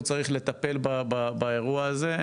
הוא צריך לטפל באירוע הזה,